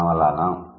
మనము అలా అనము